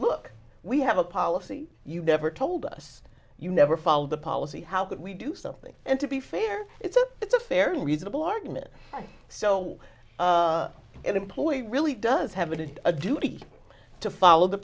look we have a policy you never told us you never followed the policy how can we do something and to be fair it's a it's a fairly reasonable argument so an employee really does have a good a duty to follow the